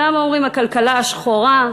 למה אומרים הכלכלה השחורה,